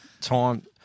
Time